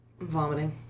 Vomiting